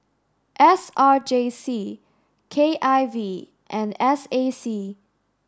S R J C K I V and S A C